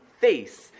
face